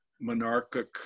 monarchic